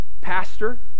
pastor